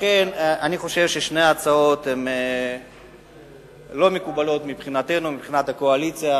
אני חושב ששתי ההצעות לא מקובלות מבחינת הקואליציה,